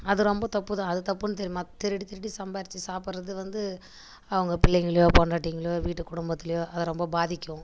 அது ரொம்ப தப்பு தான் அது தப்புனு தெரியாம திருடி திருடி சம்பாதிச்சி சாப்புடுறது வந்து அவங்க பிள்ளைங்களேயோ பொண்டாட்டிங்களையோ வீட்டுக்கு குடும்பத்துலேயோ அது ரொம்ப பாதிக்கும்